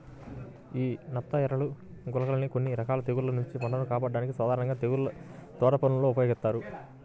యీ నత్తఎరలు, గుళికలని కొన్ని రకాల తెగుల్ల నుంచి పంటను కాపాడ్డానికి సాధారణంగా తోటపనుల్లో ఉపయోగిత్తారు